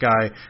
guy